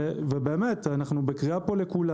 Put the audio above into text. ובאמת, אנחנו פה בקריאה לכולם